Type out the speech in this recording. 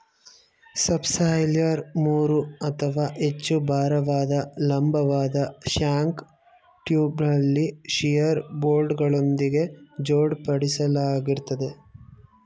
subsoiler ಮೂರು ಅಥವಾ ಹೆಚ್ಚು ಭಾರವಾದ ಲಂಬವಾದ ಶ್ಯಾಂಕ್ ಟೂಲ್ಬಾರಲ್ಲಿ ಶಿಯರ್ ಬೋಲ್ಟ್ಗಳೊಂದಿಗೆ ಜೋಡಿಸಲಾಗಿರ್ತದೆ